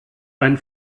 ein